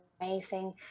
amazing